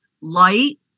Light